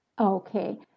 Okay